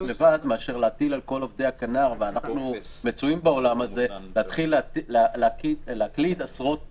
לבד מלהטיל על כל עובדי הכנ"ר להתחיל להקליד עשרות